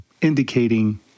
indicating